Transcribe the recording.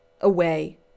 away